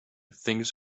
things